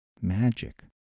Magic